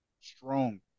strong